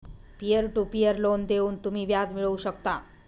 peer to peer loan देऊन तुम्ही व्याज मिळवू शकता